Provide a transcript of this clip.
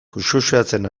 kuxkuxeatzen